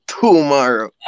tomorrow